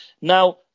now